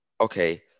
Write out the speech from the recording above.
okay